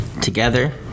Together